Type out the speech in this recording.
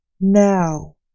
Now